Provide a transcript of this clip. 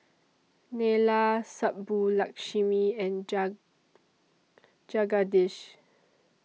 Neila Subbulakshmi and Jagadish